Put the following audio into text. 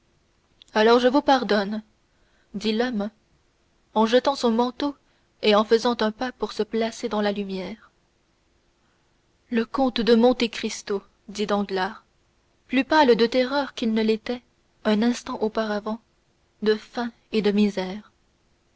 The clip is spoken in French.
alors je vous pardonne dit l'homme en jetant son manteau et en faisant un pas pour se placer dans la lumière le comte de monte cristo dit danglars plus pâle de terreur qu'il ne l'était un instant auparavant de faim et de misère